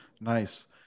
Nice